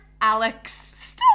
Alex